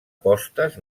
postes